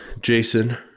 Jason